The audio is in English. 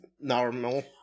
normal